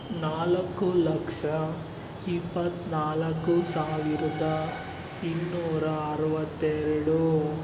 ನಾಲ್ಕು ಲಕ್ಷ ಇಪ್ಪತ್ತ್ನಾಲ್ಕು ಸಾವಿರದ ಇನ್ನೂರ ಅರವತ್ತೆರಡು